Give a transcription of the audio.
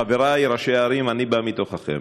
חברי, ראשי הערים, אני בא מתוככם.